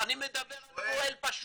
אני מדבר על פועל פשוט.